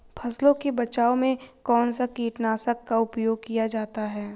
फसलों के बचाव में कौनसा कीटनाशक का उपयोग किया जाता है?